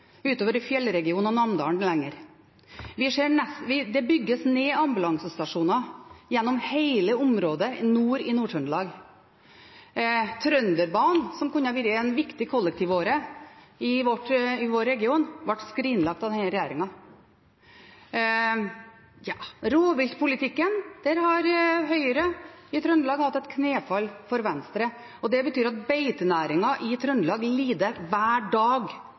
utover i Fjellregionen og i Namdalen lenger. Det bygges ned ambulansestasjoner gjennom hele området nord i Nord-Trøndelag. Trønderbanen, som kunne vært en viktig kollektivåre i vår region, ble skrinlagt av denne regjeringen. I rovviltpolitikken har Høyre i Trøndelag gjort knefall for Venstre. Det betyr at beitenæringen i Trøndelag lider hver dag